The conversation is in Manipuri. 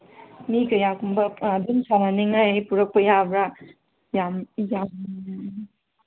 ꯃꯤ ꯀꯌꯥꯒꯨꯝꯕ ꯑꯗꯨꯝ ꯁꯥꯟꯅꯤꯉꯥꯏ ꯄꯨꯔꯛꯄ ꯌꯥꯕ꯭ꯔꯥ ꯌꯥꯝ